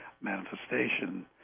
manifestation